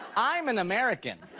i'm an american.